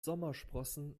sommersprossen